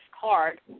card